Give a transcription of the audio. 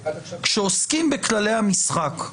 כשעוסקים בכללי המשחק,